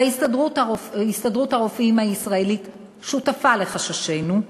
והסתדרות הרופאים הישראלית שותפה לחששנו,